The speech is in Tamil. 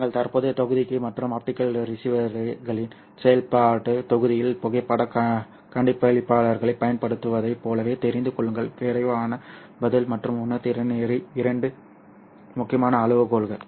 எங்கள் தற்போதைய தொகுதிக்கு மற்றும் ஆப்டிகல் ரிசீவர்களின் செயல்பாட்டுத் தொகுதியில் புகைப்படக் கண்டுபிடிப்பாளர்களைப் பயன்படுத்துவதைப் போலவே தெரிந்து கொள்ளுங்கள் விரைவான பதில் மற்றும் உணர்திறன் இரண்டு முக்கியமான அளவுகோல்கள்